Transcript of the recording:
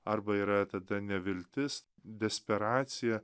arba yra tada neviltis desperacija